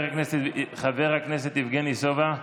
מוותר, חבר הכנסת יבגני סובה.